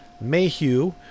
Mayhew